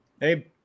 Hey